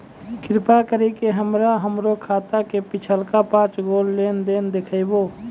कृपा करि के हमरा हमरो खाता के पिछलका पांच गो लेन देन देखाबो